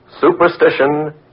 Superstition